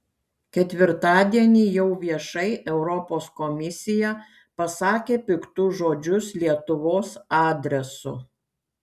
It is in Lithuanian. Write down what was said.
ketvirtadienį jau viešai europos komisija pasakė piktus žodžius lietuvos adresu